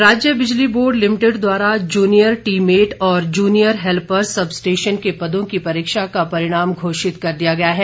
परिणाम राज्य बिजली बोर्ड लिमिटेड द्वारा जूनियर टी मेट और जूनियर हेल्पर सब स्टेशन के पदों की परीक्षा का परिणाम घोषित कर दिया गया है